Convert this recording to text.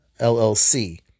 LLC